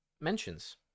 mentions